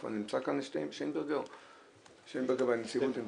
נמצא כאן שטיינברגר מהנציבות?